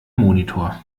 monitor